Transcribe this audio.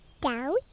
down